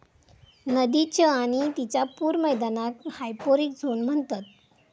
नदीच्य आणि तिच्या पूर मैदानाक हायपोरिक झोन म्हणतत